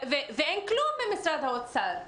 ואין כלום ממשרד האוצר.